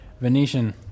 Venetian